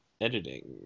editing